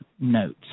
notes